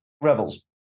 rebels